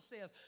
says